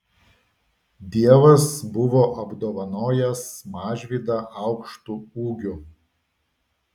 dievas buvo apdovanojęs mažvydą aukštu ūgiu